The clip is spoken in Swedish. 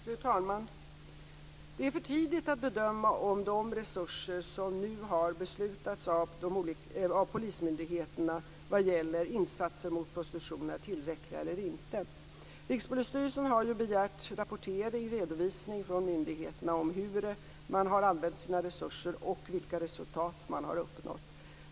Fru talman! Det är för tidigt att bedöma om de resurser som nu har beslutats av polismyndigheterna vad gäller insatser mot prostitution är tillräckliga eller inte. Rikspolisstyrelsen har ju begärt rapportering och redovisning från myndigheterna av hur de har använt sina resurser och vilka resultat som de har uppnått.